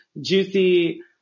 Juicy